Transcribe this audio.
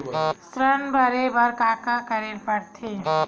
ऋण भरे बर का का करे ला परथे?